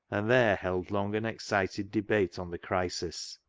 and there held long and excited debate on the crisis.